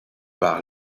par